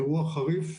אירוע חריף,